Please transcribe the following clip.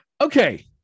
Okay